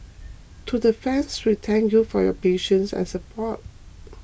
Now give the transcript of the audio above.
to the fans we thank you for your patience and support